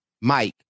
Mike